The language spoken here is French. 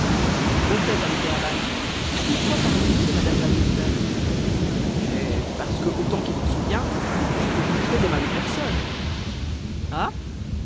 au fait ami kéraban pourquoi parlons-nous de madame van mitten eh parce que autant qu'il m'en souvient c'était une très aimable personne